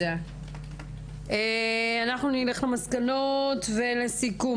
אני רוצה לסכם,